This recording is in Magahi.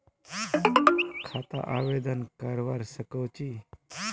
खाता आवेदन करवा संकोची?